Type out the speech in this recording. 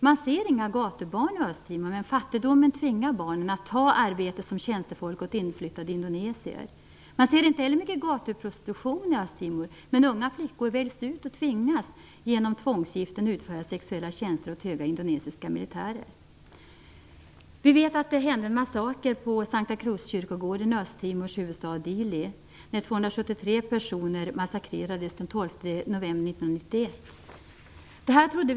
Man ser inga gatubarn i Östtimor, men fattigdomen tvingar barnen att ta arbete som tjänstefolk åt inflyttade indonesier. Man ser inte heller mycket gatuprostitution i Östtimor. Men unga flickor väljs ut och tvingas genom tvångsgiften att utföra sexuella tjänster åt höga indonesiska militärer. Vi vet att det skedde en massaker på Santa Cruzkyrkogården i Östtimors huvudstad Dili. 273 personer massakrerades den 12 november 1991.